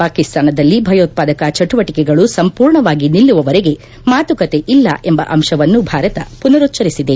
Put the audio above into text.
ಪಾಕಿಸ್ತಾನದಲ್ಲಿ ಭಯೋತ್ವಾದಕ ಚಟುವಟಕೆಗಳು ಸಂಪೂರ್ಣವಾಗಿ ನಿಲ್ಲುವವರೆಗೆ ಮಾತುಕತೆ ಇಲ್ಲ ಎಂಬ ಅಂಶವನ್ನು ಭಾರತ ಪುನರುಚ್ಚರಿಸಿದೆ